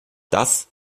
das